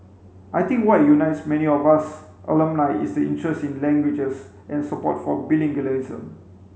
I think what unites many of us alumni is the interest in languages and support for